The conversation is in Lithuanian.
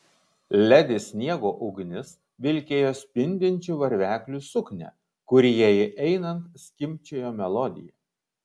ledi sniego ugnis vilkėjo spindinčių varveklių suknią kuri jai einant skimbčiojo melodiją